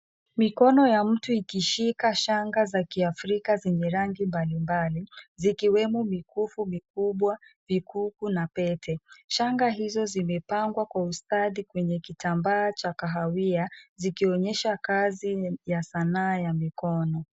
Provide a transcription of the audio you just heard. Mikono ya mtu ikishika shanga za Kiafrika zenye rangi mbalimbali, zikiwemo mikufu mikubwa ,vikuku na pete. Shanga hizo zimepangwa Kwa ustadi kwenye kitambaa cha kahawia zikionyesha kazi ya sanaa ya mikono.